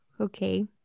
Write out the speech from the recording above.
okay